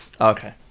okay